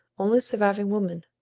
only surviving woman,